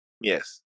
Yes